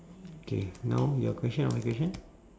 K now your question or my question